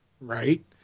Right